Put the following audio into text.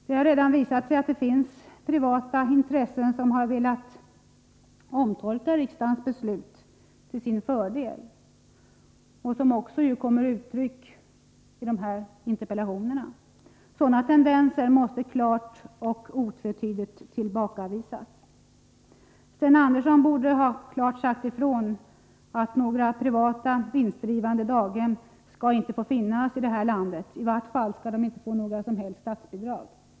Det har redan visat sig att det finns privata intressen som har velat omtolka riksdagens beslut till sin fördel, vilket också kommer till uttryck i de här interpellationerna. Sådana tendenser måste klart och otvetydigt tillbakavisas. Sten Andersson borde klart ha sagt ifrån att några privata vinstdrivande daghem inte skall få finnas i det här landet, i varje fall skall de inte få några som helst statsbidrag.